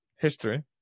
history